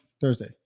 Thursday